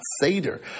Seder